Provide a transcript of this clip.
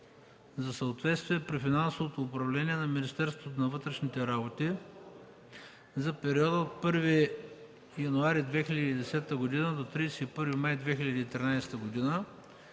за съответствие при финансовото управление на Министерството на вътрешните работи за периоди 1 януари 2010 г. до 31 май 2013 г.,